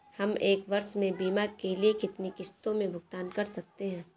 हम एक वर्ष में बीमा के लिए कितनी किश्तों में भुगतान कर सकते हैं?